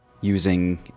using